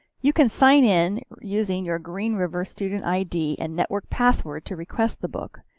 you can sign in using your green river student id and network password to request the book.